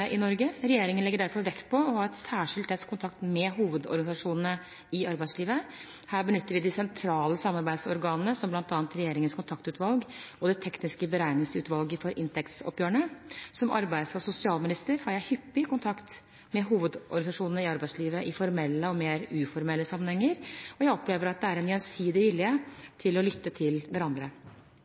i Norge. Regjeringen legger derfor vekt på å ha en særskilt tett kontakt med hovedorganisasjonene i arbeidslivet. Her benytter vi de sentrale samarbeidsorganene, som bl.a. regjeringens kontaktutvalg og Det tekniske beregningsutvalget for inntektsoppgjørene. Som arbeids- og sosialminister har jeg hyppig kontakt med hovedorganisasjonene i arbeidslivet i formelle og mer uformelle sammenhenger. Jeg opplever at det er en gjensidig vilje til å lytte til hverandre.